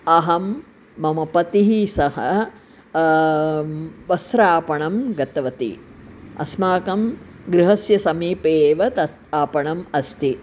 अहं मम पतिः सह वस्त्रापणं गतवती अस्माकं गृहस्य समीपे एव तत् आपणम् अस्ति